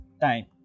time